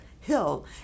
hill